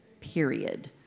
Period